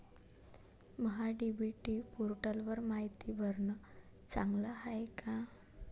महा DBT पोर्टलवर मायती भरनं चांगलं हाये का?